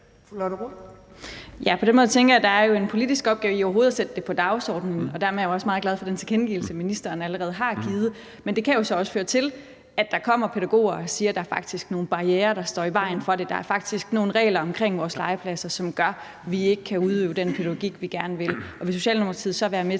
Lotte Rod (RV): Ja, på den måde tænker jeg, at der jo er en politisk opgave i overhovedet at sætte det på dagsordenen, og dermed er jeg også meget glad for den tilkendegivelse, ministeren allerede har givet. Men det kan jo så også føre til, at der kommer pædagoger og siger: Der er faktisk nogle barrierer, der står i vejen for det; der er faktisk nogle regler omkring vores legepladser, som gør, at vi ikke kan udøve den pædagogik, vi gerne vil. Vil Socialdemokratiet så være med